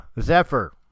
Zephyr